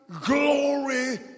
glory